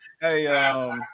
Hey